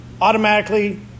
automatically